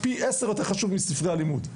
פי עשר יותר חשוב מספרי הלימוד,